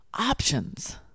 options